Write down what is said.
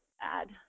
add